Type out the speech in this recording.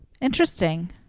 Interesting